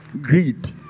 Greed